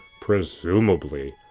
presumably